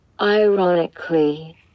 Ironically